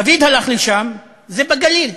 דוד הלך לשם, זה בגליל,